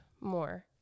more